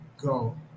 go